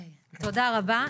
אוקיי, תודה רבה.